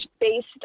based